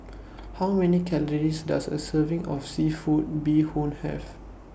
How Many Calories Does A Serving of Seafood Bee Hoon Have